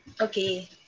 okay